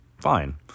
fine